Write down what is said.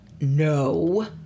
No